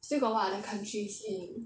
still got what other countries in